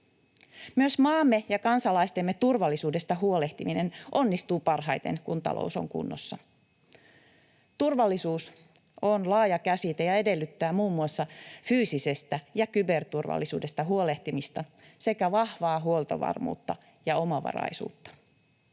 Myös maamme ja kansalaistemme turvallisuudesta huolehtiminen onnistuu parhaiten, kun talous on kunnossa. Turvallisuus on laaja käsite ja edellyttää muun muassa fyysisestä ja kyberturvallisuudesta huolehtimista sekä vahvaa huoltovarmuutta ja omavaraisuutta.